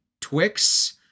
Twix